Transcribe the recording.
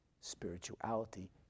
Spirituality